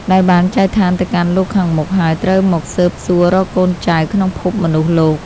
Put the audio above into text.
ដែលបានចែកឋានទៅកាន់លោកខាងមុខ ហើយត្រូវមកស៊ើបសួររកកូនចៅក្នុងភពមនុស្សលោក។